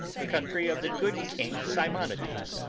the country of the good king simonides.